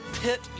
pit